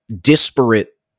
disparate